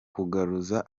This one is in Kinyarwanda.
kugaruza